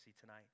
tonight